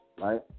right